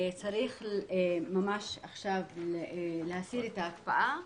צריך להסיר את ההקפאה,